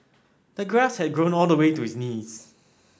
the grass had grown all the way to his knees